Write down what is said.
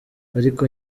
ariko